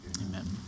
Amen